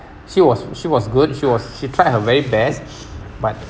she was she was good she was she tried her very best but